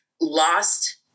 lost